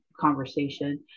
conversation